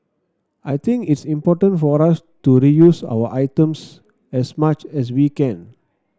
I think it's important for us to reuse our items as much as we can